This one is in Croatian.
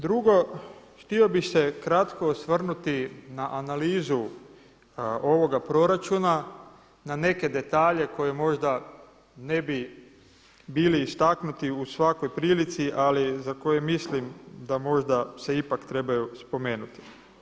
Drugo, htio bih se kratko osvrnuti na analizu ovoga proračuna na neke detalje koje možda ne bi bili istaknuti u svakoj prilici, ali za koje mislim da možda se ipak trebaju spomenuti.